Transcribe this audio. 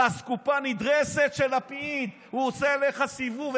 אתה אסקופה נדרסת של לפיד, הוא עושה עליך סיבוב.